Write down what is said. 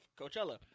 Coachella